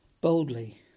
boldly